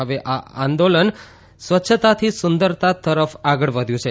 હવે આ આંદોલન સ્વચ્છતાથી સુંદરતા તરફ આગળ વધ્યું છે